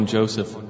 Joseph